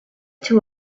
two